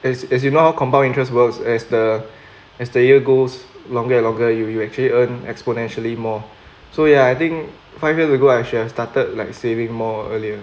is is you know how compound interest works as the as the year goes longer and longer you you actually earn exponentially more so ya I think five years ago I should have started like saving more earlier